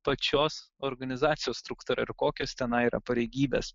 pačios organizacijos struktūra ir kokias tenai yra pareigybės